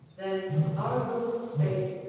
then argus spake,